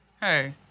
hey